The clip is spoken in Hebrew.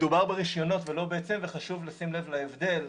מדובר ברישיונות ולא בעצים וחשוב לשים לב להבדל.